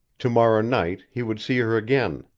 to-morrow night he would see her again,